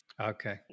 Okay